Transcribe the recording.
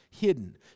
hidden